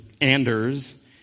Anders